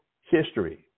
history